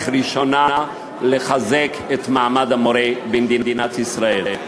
ראשונה לחיזוק מעמד המורה במדינת ישראל.